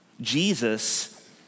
Jesus